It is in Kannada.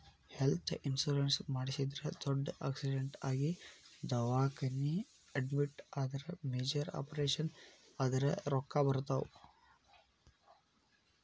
ಹೆಲ್ತ್ ಇನ್ಶೂರೆನ್ಸ್ ಮಾಡಿಸಿದ್ರ ದೊಡ್ಡ್ ಆಕ್ಸಿಡೆಂಟ್ ಆಗಿ ದವಾಖಾನಿ ಅಡ್ಮಿಟ್ ಆದ್ರ ಮೇಜರ್ ಆಪರೇಷನ್ ಆದ್ರ ರೊಕ್ಕಾ ಬರ್ತಾವ